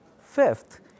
fifth